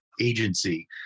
agency